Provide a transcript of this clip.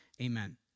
Amen